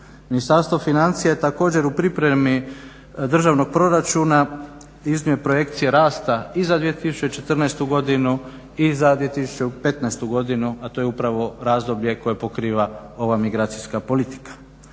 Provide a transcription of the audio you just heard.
Ministarstvo financija je također u pripremi državnog proračuna iznio projekcije rasta i za 2014. i za 2015. godinu a to je upravo razdoblje koje pokriva ova migracijska politika.